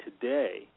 today